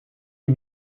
est